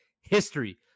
history